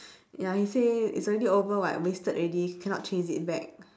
ya he say it's already over [what] wasted already cannot chase it back